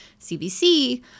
CBC